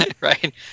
Right